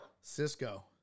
Cisco